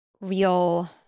real